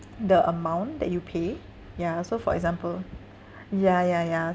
the amount that you pay ya so for example ya ya ya